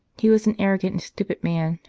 he was an arrogant and stupid man,